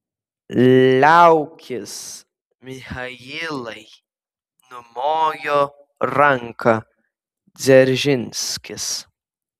liaukis michailai numojo ranką dzeržinskis